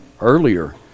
earlier